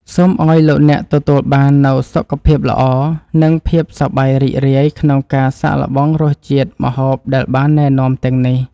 សូមឱ្យលោកអ្នកទទួលបាននូវសុខភាពល្អនិងភាពសប្បាយរីករាយក្នុងការសាកល្បងរសជាតិម្ហូបដែលបានណែនាំទាំងនេះ។